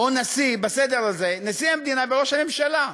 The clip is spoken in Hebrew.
או נשיא, בסדר הזה, נשיא המדינה וראש הממשלה.